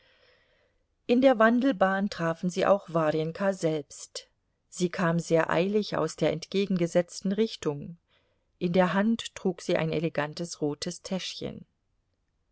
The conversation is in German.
in der wandelbahn trafen sie auch warjenka selbst sie kam sehr eilig aus der entgegengesetzten richtung in der hand trug sie ein elegantes rotes täschchen